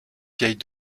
vieilles